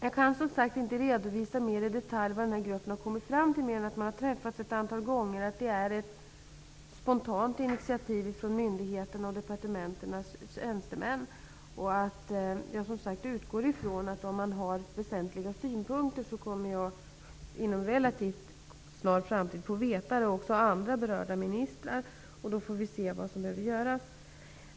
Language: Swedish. Jag kan inte i detalj redovisa vad gruppen har kommit fram till mer än att man har träffats ett antal gånger. Det är ett spontant initiativ från myndigheter och departmentens tjänstemän. Jag utgår som sagt från att om man har väsentliga synpunker, kommer jag och även andra ministrar att inom en relativt snar framtid få veta det. Då får vi se vad som behöver göras.